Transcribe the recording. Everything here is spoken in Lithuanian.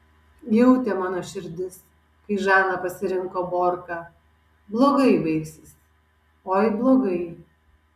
jautė mano širdis kai žana pasirinko borką blogai baigsis oi blogai